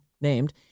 named